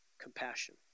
compassion